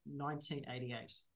1988